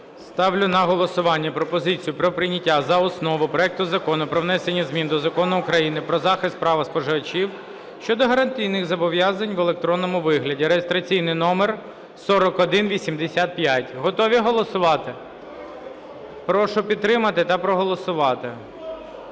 Ставлю на голосування пропозицію про прийняття за основу проекту Закону про внесення змін до Закону України "Про захист прав споживачів" щодо гарантійних зобов’язань в електронному вигляді (реєстраційний номер 4185). Готові голосувати? Прошу підтримати та проголосувати.